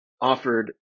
offered